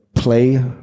play